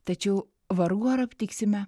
tačiau vargu ar aptiksime